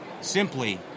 simply